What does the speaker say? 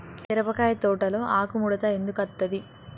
మిరపకాయ తోటలో ఆకు ముడత ఎందుకు అత్తది?